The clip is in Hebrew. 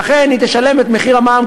לכן היא תשלם את מחיר המע"מ,